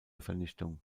vernichtung